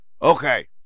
Okay